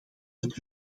het